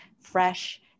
fresh